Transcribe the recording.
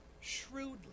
shrewdly